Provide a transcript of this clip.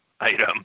item